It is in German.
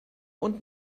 und